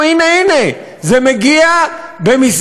מה הטענות שיש לך נגד